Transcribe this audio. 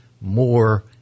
more